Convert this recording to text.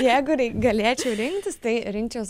jeigu galėčiau rinktis tai rinkčiaus